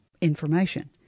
information